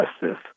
justice